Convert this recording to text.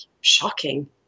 shocking